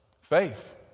Faith